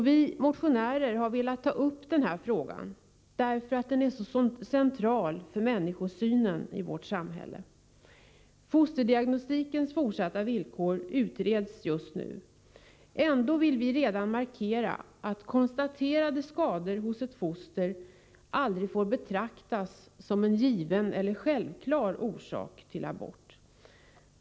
Vi motionärer har velat ta upp den här frågan därför att den är så central för människosynen i vårt samhälle. Fosterdiagnostikens fortsatta villkor utreds just nu. Ändå vill vi redan markera att konstaterade skador hos ett foster aldrig får betraktas som en given eller självklar orsak till abort.